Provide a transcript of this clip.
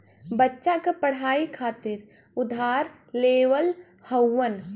बच्चा क पढ़ाई खातिर उधार लेवल हउवन